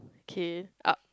okay up